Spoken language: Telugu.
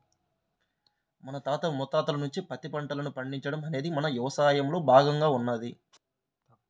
మన తాత ముత్తాతల నుంచే పత్తి పంటను పండించడం అనేది మన యవసాయంలో భాగంగా ఉన్నది